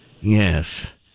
yes